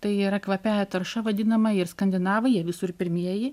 tai yra kvapiąja tarša vadinama ir skandinavai jie visur pirmieji